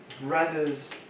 brothers